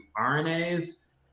RNAs